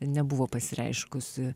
nebuvo pasireiškusi